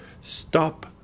stop